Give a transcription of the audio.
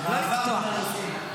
אדוני היו"ר, עברנו נושאים.